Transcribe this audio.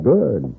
Good